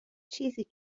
چیزی